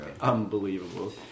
unbelievable